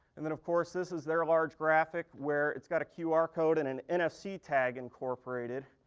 and then of course, this is their large graphic, where its got a qr code and an nfc tag incorporated.